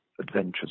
adventures